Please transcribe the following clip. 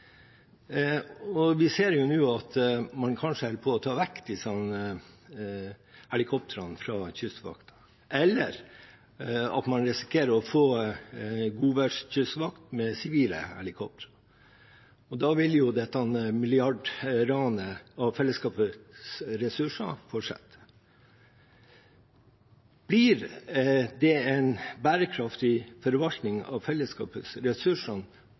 Vi ser nå at man kanskje holder på å ta vekk disse helikoptrene fra Kystvakten, eller at man risikerer å få en godværskystvakt med sivile helikopter, og da vil jo dette milliardranet av fellesskapets ressurser fortsette. Blir det en bærekraftig forvaltning av fellesskapets